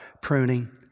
pruning